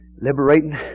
liberating